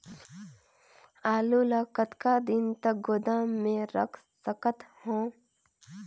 आलू ल कतका दिन तक गोदाम मे रख सकथ हों?